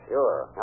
Sure